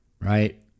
right